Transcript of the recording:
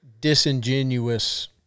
disingenuous